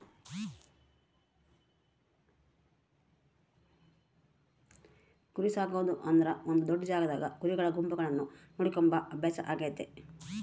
ಕುರಿಸಾಕೊದು ಅಂದ್ರ ಒಂದು ದೊಡ್ಡ ಜಾಗದಾಗ ಕುರಿಗಳ ಗುಂಪುಗಳನ್ನ ನೋಡಿಕೊಂಬ ಅಭ್ಯಾಸ ಆಗೆತೆ